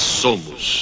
somos